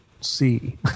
See